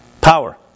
power